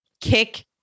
kick